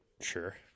Sure